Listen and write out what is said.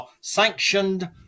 sanctioned